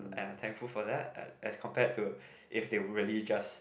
and I'm thankful for that as compare to if they really just